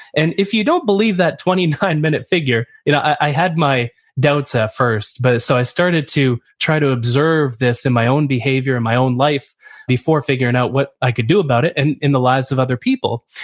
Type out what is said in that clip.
and if you don't believe that twenty nine minute figure, i had my doubts at first, but so i started to try to observe this in my own behavior and my own life before figuring out what i could do about it and in the lives of other people.